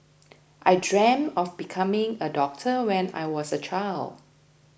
I dreamt of becoming a doctor when I was a child